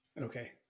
Okay